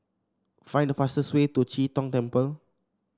find the fastest way to Chee Tong Temple